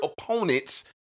opponents